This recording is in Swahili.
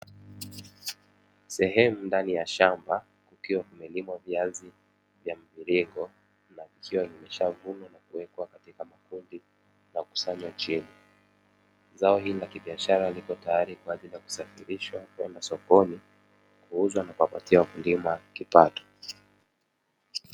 Sehemu ndani ya shamba ikiwa imelimwa viazi vya mviringo na ikiwa vimeshavunwa na kuwekwa katika makundi, na kukusanywa chini. Zao hili la biashara lipo tayari kwa ajili ya kusafirishwa kwenda sokoni, kuuzwa na kuwapatia wakulima kipato.